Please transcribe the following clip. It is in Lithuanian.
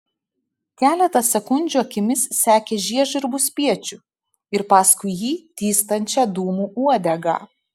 keletą sekundžių akimis sekė žiežirbų spiečių ir paskui jį tįstančią dūmų uodegą